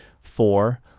Four